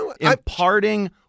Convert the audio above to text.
imparting